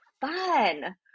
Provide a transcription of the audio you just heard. fun